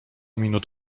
minut